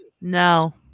No